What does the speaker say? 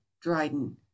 Dryden